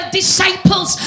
disciples